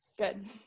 Good